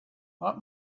what